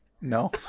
No